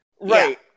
Right